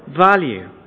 value